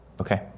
Okay